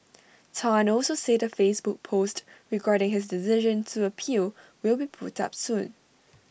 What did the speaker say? Tan also said A Facebook post regarding his decision to appeal will be put up soon